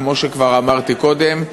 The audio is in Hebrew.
כמו שכבר אמרתי קודם,